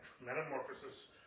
metamorphosis